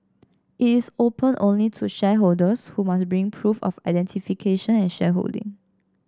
it is open only to shareholders who must bring proof of identification and shareholding